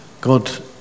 God